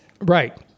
right